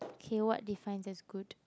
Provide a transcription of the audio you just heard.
okay what defines as good